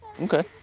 okay